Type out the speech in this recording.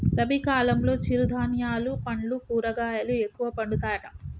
రబీ కాలంలో చిరు ధాన్యాలు పండ్లు కూరగాయలు ఎక్కువ పండుతాయట